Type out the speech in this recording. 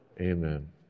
Amen